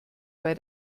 bei